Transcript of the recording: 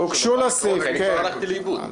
אני כבר הלכתי לאיבוד.